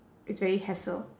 it's very hassle